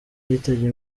yitabye